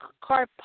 car